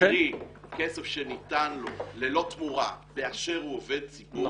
קרי כסף שניתן לו ללא תמורה באשר הוא עובד ציבור,